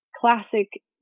classic